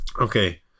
Okay